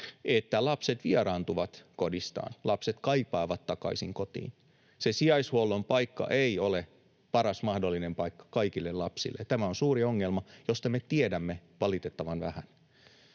että lapset vieraantuvat kodistaan. Lapset kaipaavat takaisin kotiin. Se sijaishuollon paikka ei ole paras mahdollinen paikka kaikille lapsille, ja tämä on suuri ongelma, josta me tiedämme valitettavan vähän.